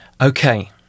Okay